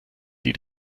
die